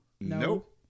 Nope